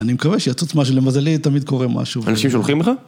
אני מקווה שיצוץ משהו למזלי תמיד קורה משהו. אנשים שולחים לך?